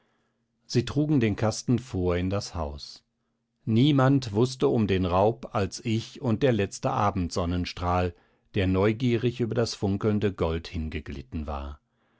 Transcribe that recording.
sie trugen den kasten vor in das haus niemand wußte um den raub als ich und der letzte abendsonnenstrahl der neugierig über das funkelnde gold hingeglitten war